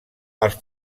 els